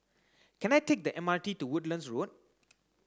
can I take the M R T to Woodlands Road